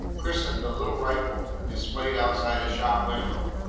christened the little rifle and displayed outside a shop-window,